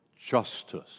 justice